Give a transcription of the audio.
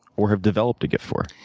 or have developed a gift for?